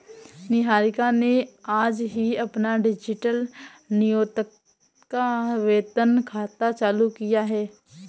निहारिका ने आज ही अपना डिजिटल नियोक्ता वेतन खाता चालू किया है